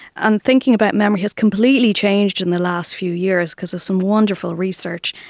and thinking about memory has completely changed in the last few years because of some wonderful research.